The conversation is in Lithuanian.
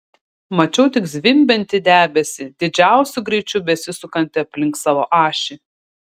mačiau tik zvimbiantį debesį didžiausiu greičiu besisukantį aplink savo ašį